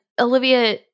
Olivia